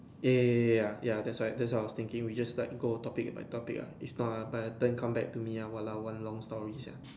ya ya ya ya ya ya that's what that's what I was thinking we just let it go topic by topic ah it's not ah by the turn come back to me ah walao one long story sia